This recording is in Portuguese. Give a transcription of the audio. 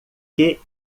que